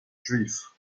juif